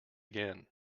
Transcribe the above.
again